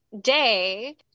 day